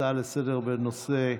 הצעה לסדר-היום 3013 בנושא: